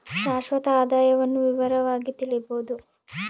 ಶಾಶ್ವತ ಆದಾಯವನ್ನು ವಿವರವಾಗಿ ತಿಳಿಯಬೊದು